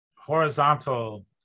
horizontal